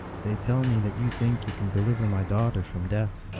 they tell me that you think you can deliver my daughter from death.